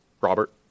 Robert